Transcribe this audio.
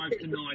tonight